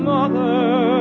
mother